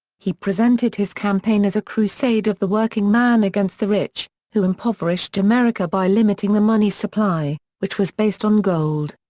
he presented his campaign as a crusade of the working man against the rich, who impoverished america by limiting the money supply, which was based on gold.